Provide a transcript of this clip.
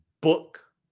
book